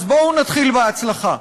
אז בואו נתחיל בהצלחה.